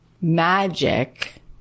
magic